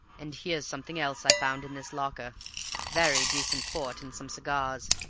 and here's something else i found in this locker very decent port and some cigars,